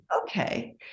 okay